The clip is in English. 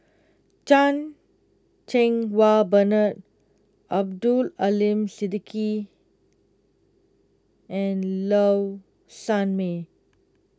Chan Cheng Wah Bernard Abdul Aleem Siddique and Low Sanmay